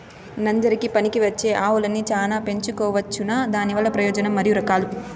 నంజరకి పనికివచ్చే ఆవులని చానా పెంచుకోవచ్చునా? దానివల్ల ప్రయోజనం మరియు రకాలు?